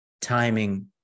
timing